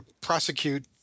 prosecute